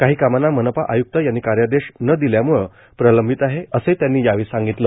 काही कामांना मनपा आयुक्त यांनी कार्यादेश न दिल्याम्ळे प्रलंबित आहे असेही त्यांनी सांगितले